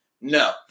No